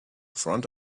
front